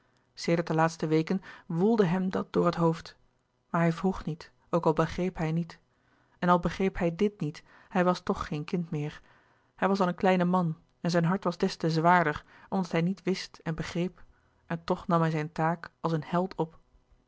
sedert de laatste weken woelde hem dat door het hoofd maar hij vroeg niet ook al begreep hij niet en al begreep hij dit niet hij was toch geen kind meer hij was al een kleine man en zijn hart was des te zwaarder omdat hij niet wist en begreep en toch nam hij zijn taak als een held op